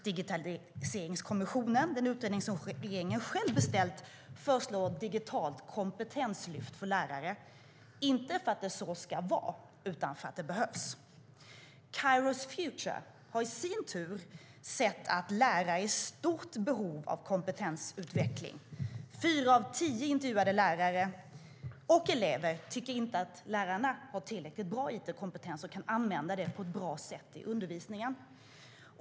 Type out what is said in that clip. Digitaliseringskommissionen, den utredning regeringen själv beställt, föreslår ett digitalt kompetenslyft för lärare - inte för att det så ska vara utan för att det behövs. Kairos Future har i sin tur sett att lärare är i stort behov av kompetensutveckling. Fyra av tio intervjuade lärare och elever tycker inte att lärarna har tillräckligt hög it-kompetens och kan använda den på ett bra sätt i undervisningen.